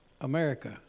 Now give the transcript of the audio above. America